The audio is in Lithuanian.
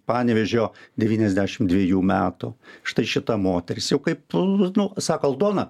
panevėžio devyniasdešimt dvejų metų štai šita moteris jau kaip pl sako aldona